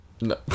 no